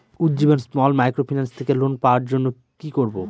Ujjivan small microfinance থেকে loan পাওয়ার জন্য কি করব?